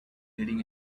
leading